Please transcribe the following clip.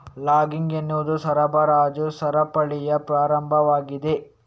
logging ಎನ್ನುವುದು ಸರಬರಾಜು ಸರಪಳಿಯ ಪ್ರಾರಂಭವಾಗಿದೆ